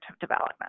development